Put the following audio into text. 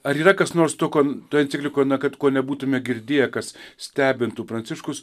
ar yra kas nors to ko toj enciklikojna kad ko nebūtumėm girdėję kas stebintų pranciškus